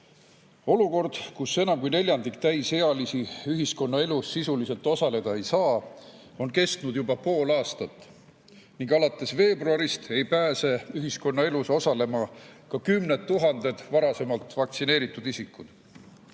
Olukord, kus enam kui neljandik täisealisi ühiskonnaelus sisuliselt osaleda ei saa, on kestnud juba pool aastat ning alates veebruarist ei pääse ühiskonnaelus osalema ka kümned tuhanded varasemalt vaktsineeritud isikud.